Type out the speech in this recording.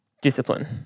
discipline